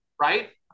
Right